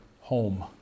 home